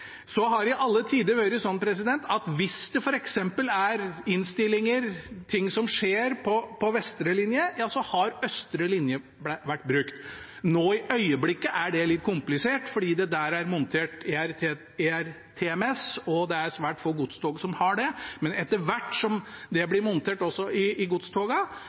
Så har det i alle tider vært sånn at hvis det f.eks. er innstillinger, ting som skjer på vestre linje, har østre linje vært brukt. Nå i øyeblikket er det litt komplisert, fordi det der er montert ERTMS, og det er svært få godstog som har det. Men etter hvert som det blir montert også i godstogene, må vi igjen tilbake til den ordningen hvor østre linje og vestre linje utfyller hverandre. I